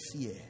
fear